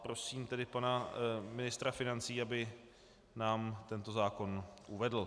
Prosím pana ministra financí, aby nám tento zákon uvedl.